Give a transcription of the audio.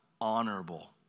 honorable